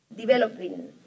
developing